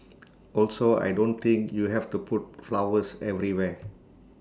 also I don't think you have to put flowers everywhere